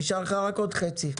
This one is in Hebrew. נשאר לך רק עוד חצי.